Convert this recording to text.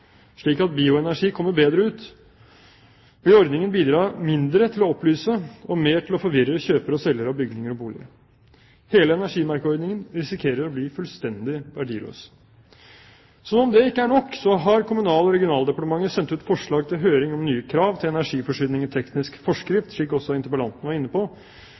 slik at bioenergi kommer bedre ut, vil ordningen bidra mindre til å opplyse og mer til å forvirre kjøpere og selgere av bygninger og boliger. Hele energimerkeordningen risikerer å bli fullstendig verdiløs. Som om det ikke er nok, har Kommunal- og regionaldepartementet sendt ut forslag til høring om nye krav til energiforsyning i teknisk forskrift, slik interpellanten også var inne på,